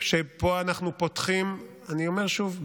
אני אומר שוב,